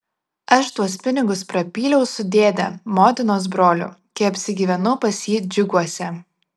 aš tuos pinigus prapyliau su dėde motinos broliu kai apsigyvenau pas jį džiuguose